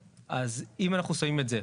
אז אם אנחנו שמים את זה,